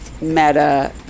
meta